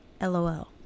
LOL